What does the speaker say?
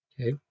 Okay